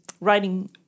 writing